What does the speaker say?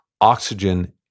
oxygen